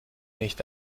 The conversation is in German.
nicht